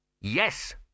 Yes